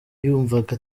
yumvaga